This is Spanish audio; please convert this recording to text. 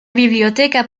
biblioteca